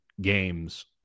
games